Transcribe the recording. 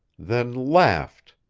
then laughed,